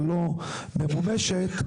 הלא ממומשת,